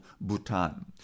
Bhutan